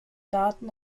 daten